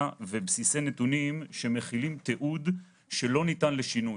ובסיסי נתונים שמכילים תיעוד שלא ניתן לשינוי.